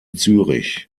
zürich